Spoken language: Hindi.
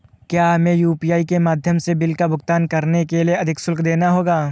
क्या हमें यू.पी.आई के माध्यम से बिल का भुगतान करने के लिए अधिक शुल्क देना होगा?